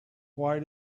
why